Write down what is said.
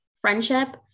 friendship